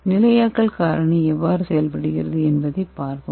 நிலையாக்கல் காரணி எவ்வாறு செயல்படுகிறது என்பதைப் பார்ப்போம்